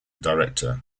director